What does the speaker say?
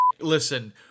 Listen